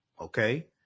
okay